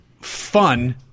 fun